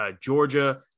georgia